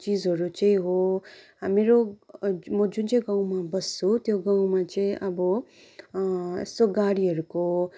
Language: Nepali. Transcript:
चिजहरू चाहिँ हो मेरो म जुन चाहिँ गाउँमा बस्छु त्यो गाउँमा चाहिँ अब यसो गाडीहरूको